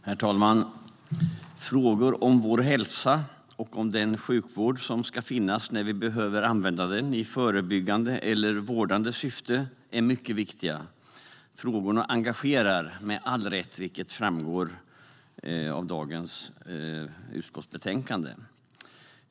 Herr talman! Frågor om vår hälsa och om den sjukvård som ska finnas när vi behöver använda den i förebyggande eller vårdande syfte är mycket viktiga. Frågorna engagerar, med all rätt, vilket framgår av detta utskottsbetänkande.